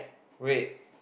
wait